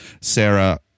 Sarah